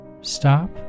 stop